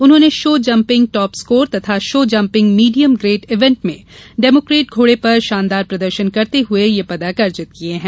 उन्होंने show jumping top score तथा show jumping medium grade event में डेमोक्रेट घोड़े पर शानदार प्रदर्शन करते हुए यह पदक अर्जित किये हैं